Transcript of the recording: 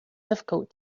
difficult